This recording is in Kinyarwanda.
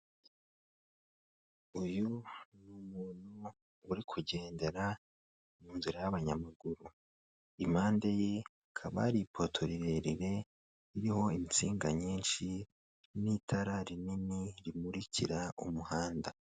Uyu ni umuntu uri kugendera mu nzira y'abanyamaguru, impande ye hakaba hari ipoto rirerire, ririho insinga nyinshi n'itara rinini rimurikira umuhanda.